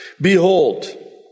Behold